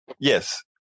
Yes